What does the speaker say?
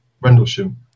rendlesham